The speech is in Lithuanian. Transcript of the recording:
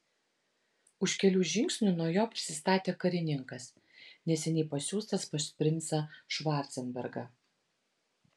už kelių žingsnių nuo jo prisistatė karininkas neseniai pasiųstas pas princą švarcenbergą